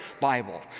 Bible